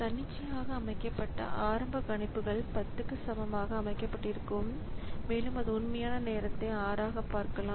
தன்னிச்சையாக அமைக்கப்பட்ட ஆரம்ப கணிப்புகள் 10 க்கு சமமாக அமைக்கப்பட்டிருக்கும் மேலும் அது உண்மையான நேரத்தை 6 ஆகக் பார்க்கலாம்